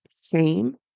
shame